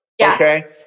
Okay